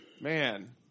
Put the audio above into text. man